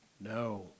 No